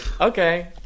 okay